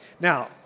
Now